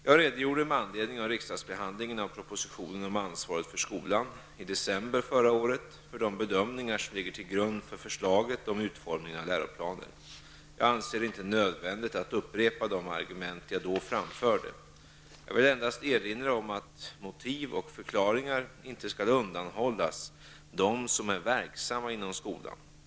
Jag redogjorde med anledning av riksdagsbehandlingen av propositionen om ansvaret för skolan i december förra året för de bedömningar som ligger till grund för förslaget om utformningen av läroplaner. Jag anser det inte nödvändigt att upprepa de argument jag då framförde. Jag vill endast erinra om att ''motiv och förklaringar'' inte skall undanhållas dem som är verksamma inom skolan.